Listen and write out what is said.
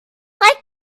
like